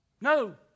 No